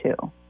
two